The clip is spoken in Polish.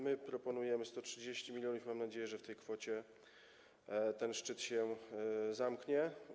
My proponujemy 130 mln i mam nadzieję, że w tej kwocie ten szczyt się zamknie.